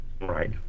Right